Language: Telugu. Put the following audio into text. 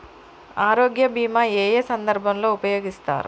ఆరోగ్య బీమా ఏ ఏ సందర్భంలో ఉపయోగిస్తారు?